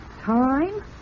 Time